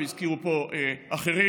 והזכירו פה אחרים,